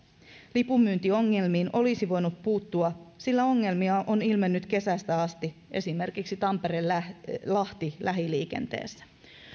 lipunmyyntiongelmiin olisi voinut puuttua sillä ongelmia on ilmennyt kesästä asti esimerkiksi tampere lahti lähiliikenteessä